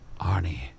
Arnie